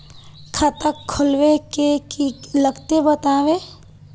खाता खोलवे के की की लगते बतावे?